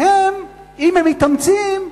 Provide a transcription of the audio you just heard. "הם, אם הם מתאמצים,